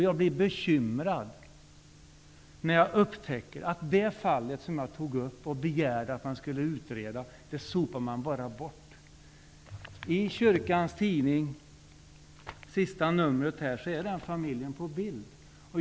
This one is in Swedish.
Jag blir bekymrad, när jag upptäcker att det fall som jag tog upp och begärde att man skulle utreda bara sopades bort. I Kyrkans tidning, senaste numret, är den familjen på bild.